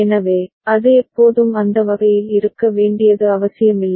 எனவே அது எப்போதும் அந்த வகையில் இருக்க வேண்டியது அவசியமில்லை